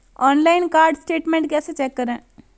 Online card statement कैसे check करें?